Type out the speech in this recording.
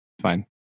Fine